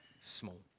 small